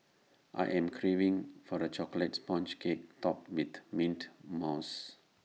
I am craving for the Chocolate Sponge Cake Topped with Mint Mousse